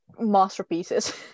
masterpieces